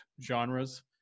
genres